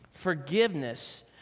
Forgiveness